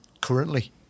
currently